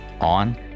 on